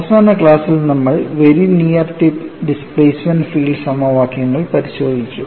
അവസാന ക്ലാസ്സിൽ നമ്മൾ very near tip displacement field സമവാക്യങ്ങൾ പരിശോധിച്ചു